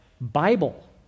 Bible